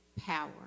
power